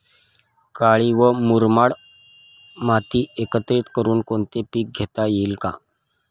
काळी व मुरमाड माती एकत्रित करुन कोणते पीक घेता येईल का?